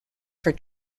for